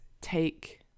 take